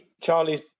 Charlie's